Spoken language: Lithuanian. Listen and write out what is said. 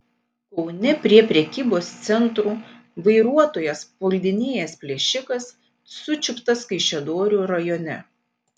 kaune prie prekybos centrų vairuotojas puldinėjęs plėšikas sučiuptas kaišiadorių rajone